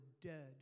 dead